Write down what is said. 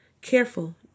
Careful